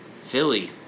Philly